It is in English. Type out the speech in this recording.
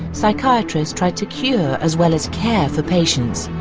psychiatrists tried to cure as well as care for patients.